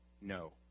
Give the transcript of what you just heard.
no